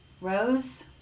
Rose